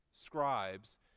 scribes